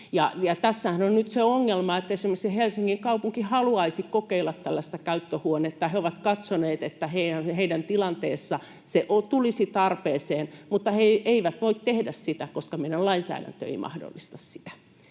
Tässähän on nyt se ongelma, että esimerkiksi Helsingin kaupunki haluaisi kokeilla tällaista käyttöhuonetta ja he ovat katsoneet, että heidän tilanteessaan se tulisi tarpeeseen, mutta he eivät voi tehdä sitä, koska meidän lainsäädäntömme ei mahdollista sitä.